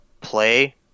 play